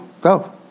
Go